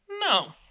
No